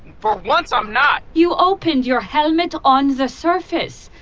but once, i'm not! you opened your helmet on the surface!